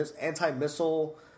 anti-missile